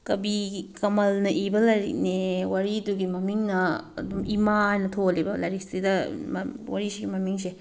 ꯀꯕꯤ ꯀꯃꯜꯅ ꯏꯕ ꯂꯥꯏꯔꯤꯛꯅꯦ ꯋꯥꯔꯤꯗꯨꯒꯤ ꯃꯃꯤꯡꯅ ꯑꯗꯨꯝ ꯏꯃꯥ ꯍꯥꯏꯅ ꯊꯣꯜꯂꯦꯕ ꯂꯥꯏꯔꯤꯛꯁꯤꯗ ꯋꯥꯔꯤꯁꯤꯒꯤ ꯃꯃꯤꯡꯁꯦ